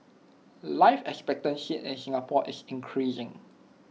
life expectancy in Singapore is increasing